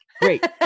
Great